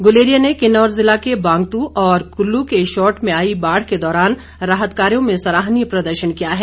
गुलेरिया ने किन्नौर ज़िला के वांगतू और कुल्लू के शॉट में आई बाढ़ के दौरान राहत कार्यो में सराहनीय प्रदर्शन किया है